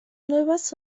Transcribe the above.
nuevas